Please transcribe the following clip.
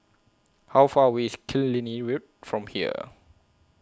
How Far away IS Killiney Road from here